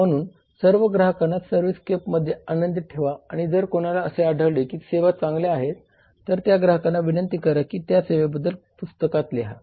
म्हणून सर्व ग्राहकांना सर्व्हिसस्केपमध्ये आनंदी ठेवा आणि जर कोणाला असे आढळले की सेवा चांगल्या आहेत तर त्या ग्राहकांना विनंती करा की त्या सेवेबद्दल पुस्तकात लिहा